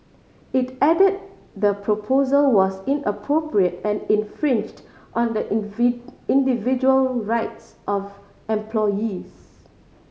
it added the proposal was inappropriate and infringed on the individual rights of employees